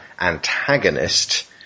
antagonist